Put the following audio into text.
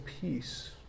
peace